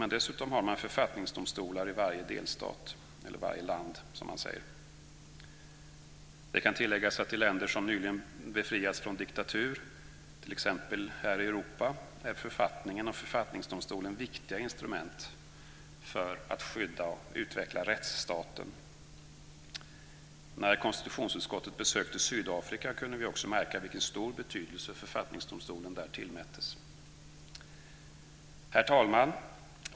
Men dessutom har man författningsdomstolar i varje delstat, eller varje land som man säger. Det kan tilläggas att i länder som nyligen befriats från diktatur t.ex. här i Europa är författningen och författningsdomstolen viktiga instrument för att skydda och utveckla rättsstaten. När konstitutionsutskottet besökte Sydafrika kunde vi också märka vilken stor betydelse författningsdomstolen där tillmättes. Herr talman!